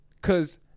Cause